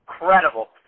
incredible